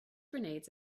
grenades